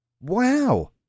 Wow